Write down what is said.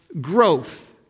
growth